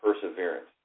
perseverance